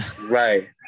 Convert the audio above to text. Right